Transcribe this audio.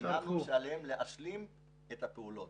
ציינו שעליהם להשלים את הפעולות.